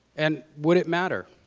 and would it matter?